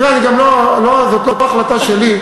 תראה, זאת לא החלטה שלי.